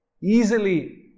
easily